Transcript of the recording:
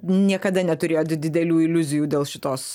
niekada neturėjot didelių iliuzijų dėl šitos